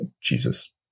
Jesus